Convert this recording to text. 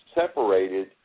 separated